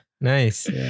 Nice